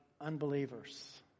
unbelievers